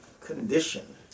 condition